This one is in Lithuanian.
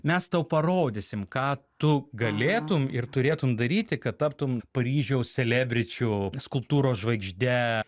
mes tau parodysim ką tu galėtum ir turėtum daryti kad taptum paryžiaus selebričių skulptūros žvaigžde